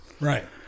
Right